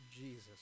Jesus